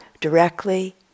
directly